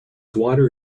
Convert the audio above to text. water